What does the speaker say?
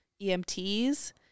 EMTs